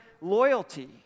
loyalty